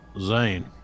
Zane